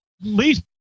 least